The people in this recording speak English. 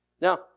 Now